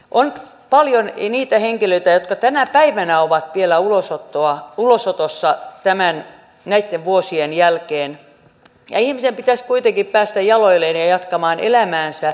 on paljon niitä henkilöitä jotka tänä päivänä ovat vielä ulosotossa näitten vuosien jälkeen ja ihmisen pitäisi kuitenkin päästä jaloilleen ja jatkamaan elämäänsä